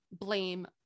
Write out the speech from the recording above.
blame